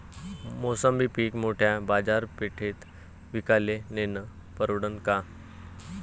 मोसंबी पीक मोठ्या बाजारपेठेत विकाले नेनं परवडन का?